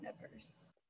universe